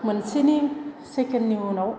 मोनसेनि सेकेण्डनि उनाव